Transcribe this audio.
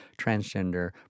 transgender